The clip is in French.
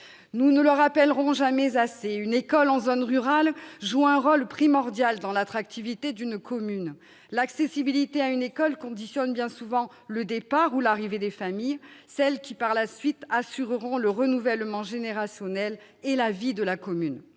Nous ne le rappellerons jamais assez : une école en zone rurale joue un rôle primordial dans l'attractivité d'une commune. L'accessibilité à une école conditionne bien souvent le départ ou l'arrivée des familles, celles qui, par la suite, assureront le renouvellement générationnel et la vie de la commune.